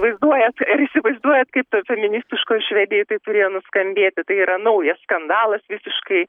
vaizduojat ar įsivaizduojat kaip toj feministiškoj švedijoj tai turėjo nuskambėti tai yra naujas skandalas visiškai